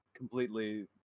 completely